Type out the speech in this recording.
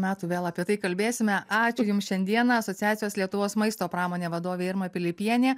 metų vėl apie tai kalbėsime ačiū jums šiandieną asociacijos lietuvos maisto pramonė vadovė irma pilipienė